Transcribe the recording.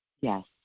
Yes